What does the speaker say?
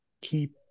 Keep